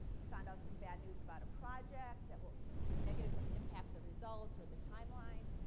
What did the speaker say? you found out some bad news about a project that will you know negatively impact the results or the time line.